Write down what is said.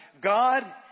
God